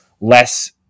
less